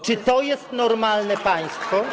Czy to jest normalne państwo?